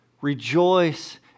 Rejoice